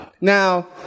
Now